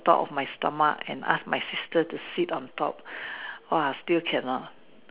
top of my stomach and ask my sister to sit on top !wow! still cannot